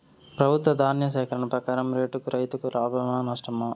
ప్రభుత్వం ధాన్య సేకరణ ప్రకారం రేటులో రైతుకు లాభమేనా నష్టమా?